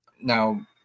now